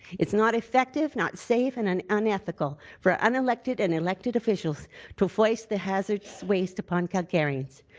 it's not effective, not safe, and and unethical. for unelected and electeded officials to foist the hazardous waste upon calgarians.